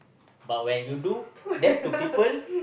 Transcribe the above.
but when you do that to people